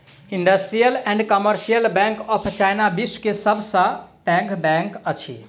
industrial and commercial bank of China, विश्व के सब सॅ पैघ बैंक अछि